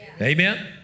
Amen